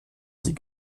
sie